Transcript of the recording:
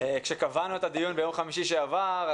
כאשר קבענו את הדיון ביום חמישי שעבר,